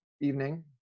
evening